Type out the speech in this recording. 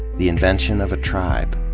the invention of a tribe,